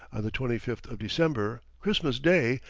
the twenty fifth of december, christmas day,